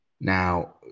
Now